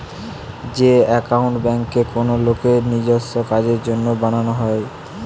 যে একাউন্ট বেঙ্কে কোনো লোকের নিজেস্য কাজের জন্য বানানো হয়